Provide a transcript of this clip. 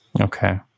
Okay